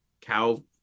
cow